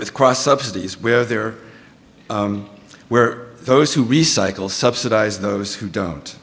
its cross subsidies where there where those who recycle subsidize those who don't